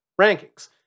rankings